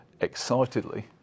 excitedly